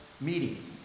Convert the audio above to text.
meetings